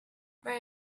where